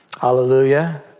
Hallelujah